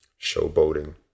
showboating